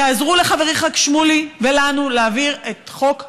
תעזרו לחברי ח"כ שמולי ולנו להעביר את חוק המצלמות.